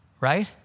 right